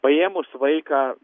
paėmus vaiką